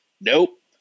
Nope